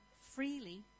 freely